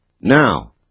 now